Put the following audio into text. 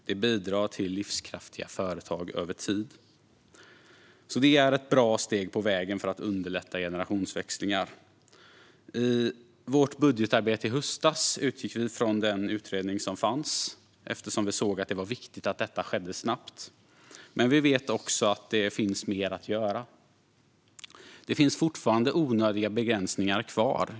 Den bidrar till livskraftiga företag över tid, och det är ett bra steg på vägen för att underlätta generationsväxlingar. I vårt budgetarbete i höstas utgick vi från den utredning som fanns, eftersom vi såg att det var viktigt att detta skedde snabbt, men vi vet också att det finns mer att göra. Det finns fortfarande onödiga begränsningar kvar.